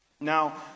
Now